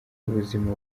ubuzima